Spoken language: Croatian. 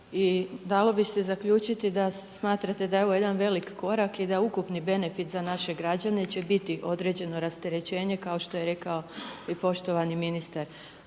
i dalo bi se zaključiti da smatrate da je ovo jedan veliki korak i da ukupni benefit za naše građane će biti određeno rasterećenje kao što je rekao i poštovani ministar.